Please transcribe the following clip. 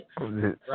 right